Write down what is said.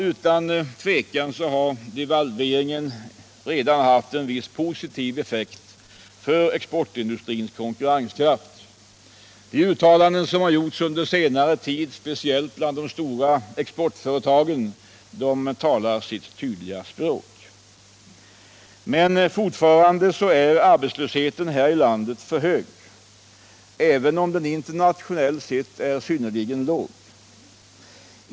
Utan tvivel har devalveringen redan haft en viss positiv effekt för exportindustrins konkurrenskraft. De uttalanden som har gjorts under senare tid, speciellt från de stora exportföretagen, talar sitt tydliga språk. Men fortfarande är arbetslösheten här i landet för hög, även om den internationellt sett är synnerligen låg.